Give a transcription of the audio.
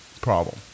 problem